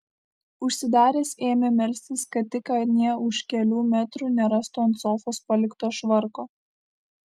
užsidaręs ėmė melstis kad tik anie už kelių metrų nerastų ant sofos palikto švarko